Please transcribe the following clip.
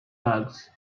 bugs